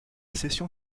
session